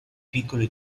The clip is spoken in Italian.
piccole